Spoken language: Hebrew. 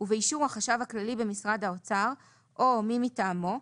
ובאישור החשב הכללי במשרד האוצר או מי מטעמו,